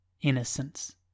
Innocence